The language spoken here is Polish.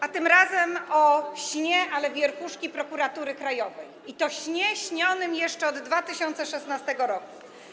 A tym razem o śnie, ale wierchuszki Prokuratury Krajowej, i to śnie śnionym jeszcze od 2016 r.